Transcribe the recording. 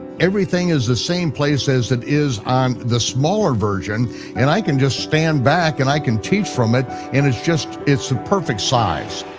everything is the same place as it is on the smaller version and i can just stand back and i can teach from it and it's just, it's the perfect size.